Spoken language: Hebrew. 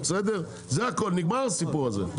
זה הכול, נגמר הסיפור הזה.